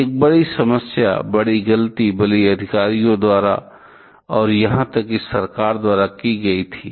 एक बड़ी समस्या बड़ी गलती बल्कि अधिकारियों द्वारा और यहां तक कि सरकार द्वारा भी की गई थी